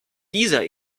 dieser